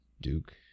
Duke